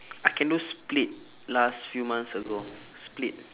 I can do split last few months ago split